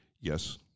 yes